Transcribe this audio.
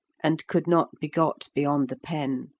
and could not be got beyond the pen.